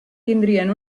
tindrien